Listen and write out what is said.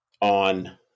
on